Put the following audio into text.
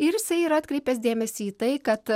ir jisai yra atkreipęs dėmesį į tai kad